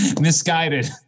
Misguided